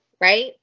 right